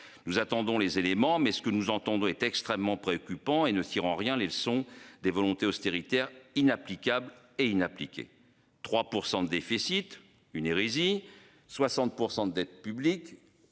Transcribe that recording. Nous attendons les éléments mais ce que nous entendons est extrêmement préoccupant et ne rien les leçons des volontés austéritaire inapplicable et inappliquée 3% de déficit. Une hérésie. 60% de dette publique.